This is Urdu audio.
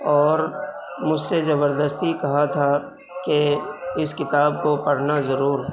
اور مجھ سے زبردستی کہا تھا کہ اس کتاب کو پڑھنا ضرور